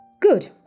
Good